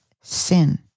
sin